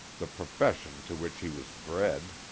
the profession to which he was bred.